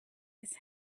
his